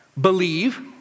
Believe